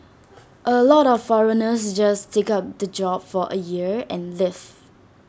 A lot of foreigners just take up the job for A year and leave